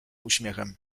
uśmiechem